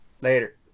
Later